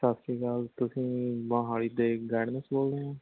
ਸਤਿ ਸ਼੍ਰੀ ਅਕਾਲ ਤੁਸੀਂ ਮੋਹਾਲੀ ਦੇ ਗਾਈਡਨੈਸ ਬੋਲਦੇ ਹੋ